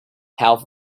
half